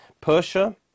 Persia